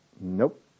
Nope